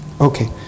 Okay